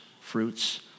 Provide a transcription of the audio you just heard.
fruits